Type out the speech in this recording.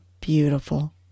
beautiful